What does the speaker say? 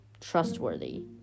trustworthy